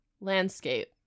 Landscape